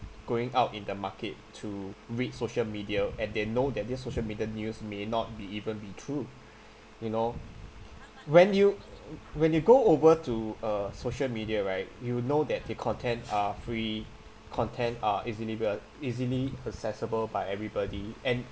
going out in the market to read social media and they know that their social media news may not be even be true you know when you when you go over to a social media right you know that the content are free content are easily we are easily accessible by everybody and